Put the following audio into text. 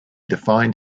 defined